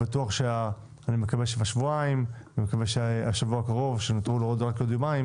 אני מקווה שבשבועיים השבוע הקרוב שנותרו לו עוד יומיים